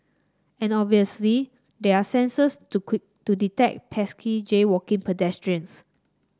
and obviously there are sensors to detect pesky jaywalking pedestrians